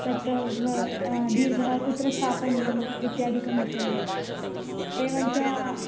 तत् दीर्घः कुत्र स्थापनीयम् इत्यादिकं विषयम् एवञ्च